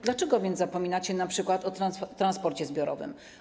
Dlaczego więc zapominacie np. o transporcie zbiorowym?